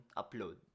upload